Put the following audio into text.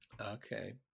Okay